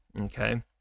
okay